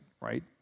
right